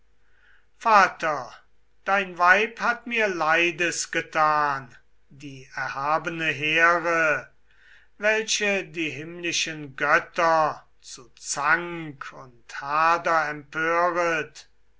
vater dein weib hat mir leides getan die erhabene here welche die himmlischen götter zu zank und hader empöret